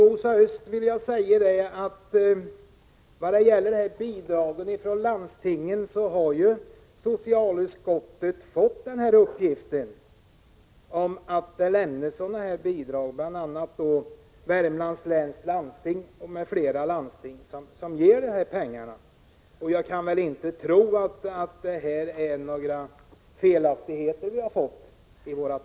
Herr talman! Vad gäller bidragen från landstingen vill jag säga till Rosa Östh att socialutskottet har fått uppgifter om att sådana här bidrag lämnas. Värmlands läns landsting och andra landsting ger bidrag för det här ändamålet. Jag kan inte tänka mig att vi har fått felaktiga uppgifter.